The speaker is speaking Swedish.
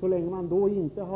Så länge man inte